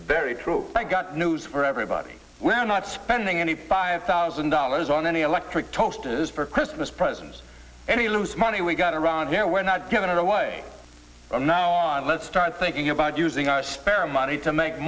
very true i got news for everybody we're not spending any five thousand dollars on any electric toasters for christmas presents any loose money we got around here we're not giving it away from now on let's start thinking about using our spare money to make